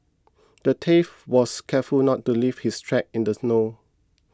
the thief was careful not to leave his tracks in the snow